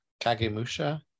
Kagemusha